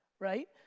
right